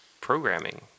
programming